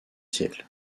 siècles